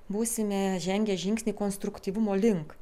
būsime žengę žingsnį konstruktyvumo link